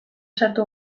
sartu